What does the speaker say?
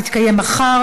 נתקבלה.